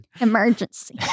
Emergency